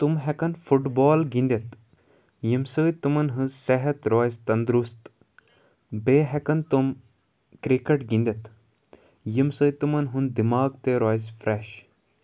تِم ہٮ۪کَن football گِنٛدِتھ ییٚمہِ سۭتۍ تِمَن ہٕنٛز صحت روزِ تنٛدرُست بیٚیہِ ہٮ۪کَن تِم کِرٛکَٹ گِنٛدِتھ ییٚمہِ سۭتۍ تٕمَن ہُنٛد دِماغ تہِ روزِ فرٛٮ۪ش